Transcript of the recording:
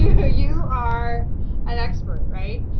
you you are an expert, right?